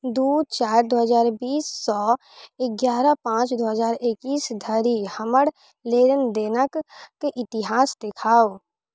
दू चारि दू हजार बीस सँ एगारह पाँच दू हजार एकैस धरि हमर लेनदेनक इतिहास देखाउ